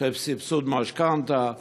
של סבסוד משכנתה,